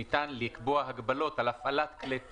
שניתן לקבוע הגבלות על הפעלת כלי טיס,